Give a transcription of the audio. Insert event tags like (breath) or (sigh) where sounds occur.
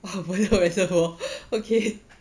buay lok eh sai boh (breath) okay